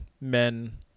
men